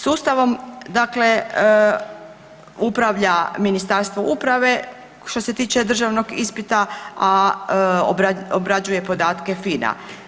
Sustavom dakle upravlja Ministarstvo uprave što se tiče državnog ispita, a obrađuje podatke FINA.